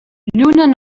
lluna